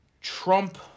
Trump